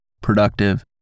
productive